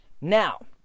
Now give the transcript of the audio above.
Now